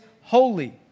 holy